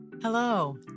Hello